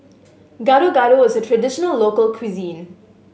Gado Gado is a traditional local cuisine